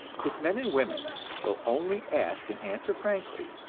if men and women will only ask and answer frankly,